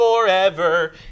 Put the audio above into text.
forever